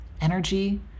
energy